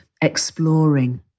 exploring